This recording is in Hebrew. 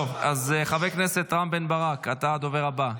חבר הכנסת רם בן ברק, אתה הדובר הבא.